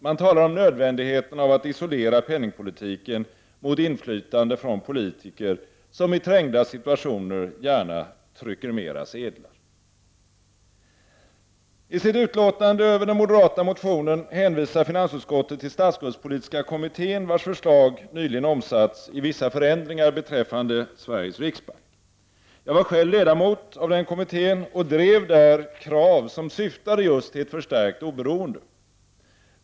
Man talar om nödvändigheten av att isolera penningpolitiken mot inflytandet från politiker, som i trängda situationer gärna trycker mera sedlar. I sitt utlåtande över den moderata motionen hänvisar finansutskottet till statsskuldspolitiska kommittén, vars förslag nyligen har omsatts i vissa förändringar beträffande Sveriges riksbank. Jag var själv ledamot av den kommittén och drev där krav som syftade just till ett förstärkt oberoende.